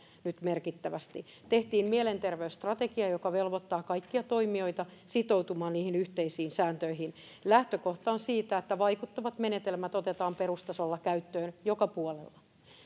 nyt merkittävästi tehtiin mielenterveysstrategia joka velvoittaa kaikkia toimijoita sitoutumaan niihin yhteisiin sääntöihin siinä on lähtökohtana että vaikuttavat menetelmät otetaan perustasolla käyttöön joka puolella